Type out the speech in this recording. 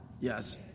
Yes